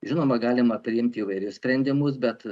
žinoma galima priimti įvairius sprendimus bet